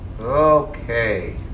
Okay